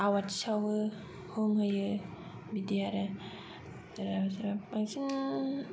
आवाथि सावयो हुम होयो बिदि आरो बांसिन